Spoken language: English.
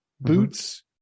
boots